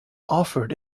offered